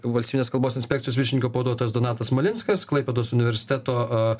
valstybinės kalbos inspekcijos viršininko pavaduotojas donatas smalinskas klaipėdos universiteto